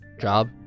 job